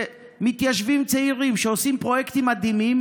ומתיישבים צעירים שעושים פרויקטים מדהימים